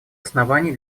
оснований